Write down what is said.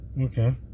okay